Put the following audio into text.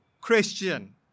Christian